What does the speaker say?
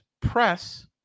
press